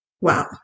Wow